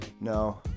No